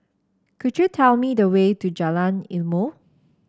could you tell me the way to Jalan Ilmu